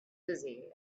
busy